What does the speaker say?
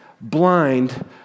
blind